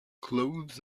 clothes